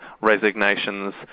resignations